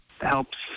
helps